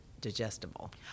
digestible